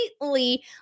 completely